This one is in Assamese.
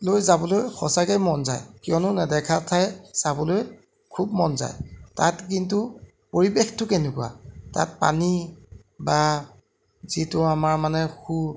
লৈ যাবলৈ সচাঁকেই মন যায় কিয়নো নেদেখা ঠাই চাবলৈ খুব মন যায় তাত কিন্তু পৰিৱেশটো কেনেকুৱা তাত পানী বা যিটো আমাৰ মানে সু